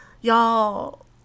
Y'all